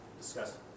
discuss